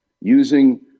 using